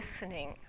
listening